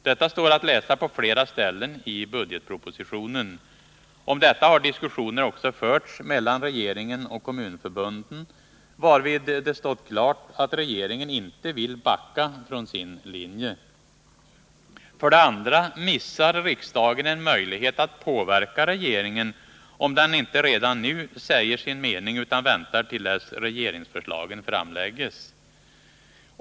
Detta står att läsa på flera ställen i budgetpropositionen. Om detta har diskussioner också förts mellan regeringen och kommunförbunden, varvid det stått klart att regeringen inte vill backa från sin linje. För det andra missar riksdagen en möjlighet att påverka regeringen, om riksdagen inte redan nu säger sin mening utan väntar till dess regeringsförslagen framläggs.